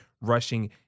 rushing